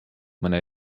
mõne